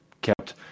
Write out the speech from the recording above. kept